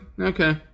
okay